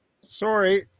Sorry